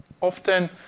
often